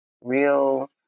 real